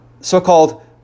so-called